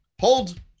hold